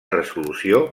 resolució